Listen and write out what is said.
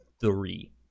three